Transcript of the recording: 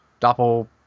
Doppel